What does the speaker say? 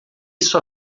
sua